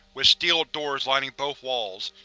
with steel doors lining both walls.